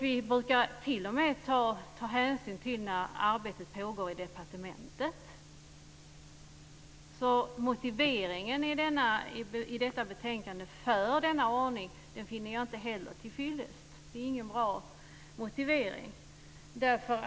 Vi brukar t.o.m. ta hänsyn till när arbete pågår i departementet. Motiveringen i detta betänkande för denna ordning finner jag inte heller tillfyllest. Det är ingen bra motivering.